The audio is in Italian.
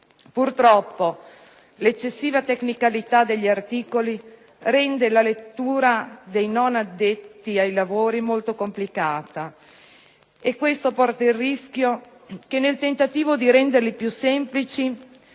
Purtroppo, l'eccessiva tecnicalità degli articoli rende la lettura dei non addetti ai lavori molto complicata; questo comporta il rischio che, nel tentativo di renderli più semplici,